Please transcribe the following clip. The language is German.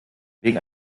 wegen